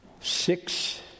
Six